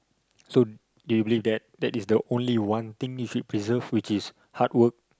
so they believe that that is the only one thing if it preserve which is hard work